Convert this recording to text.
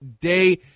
day